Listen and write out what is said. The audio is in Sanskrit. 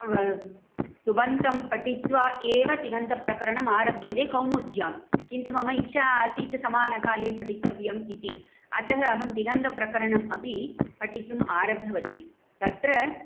सुबन्तं पटित्वा एव तिङन्तप्रकरणम् आरभ्यते कौमुद्यां किन्तु मम इच्छा आसीत् समानकाले पठितव्यम् इति अतः अहं तिङन्तप्रकरणम् अपि पठितुम् आरब्धवती तत्र